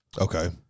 Okay